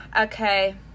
Okay